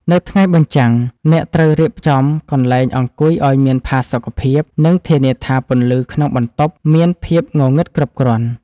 នៅថ្ងៃបញ្ចាំង អ្នកត្រូវរៀបចំកន្លែងអង្គុយឱ្យមានផាសុកភាព និងធានាថាពន្លឺក្នុងបន្ទប់មានភាពងងឹតគ្រប់គ្រាន់។